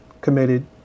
committed